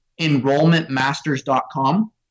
enrollmentmasters.com